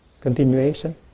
continuation